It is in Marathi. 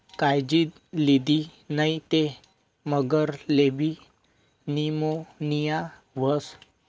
कायजी लिदी नै ते मगरलेबी नीमोनीया व्हस